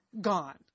gone